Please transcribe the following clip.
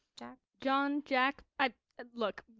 jack, john, jack. i look,